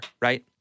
right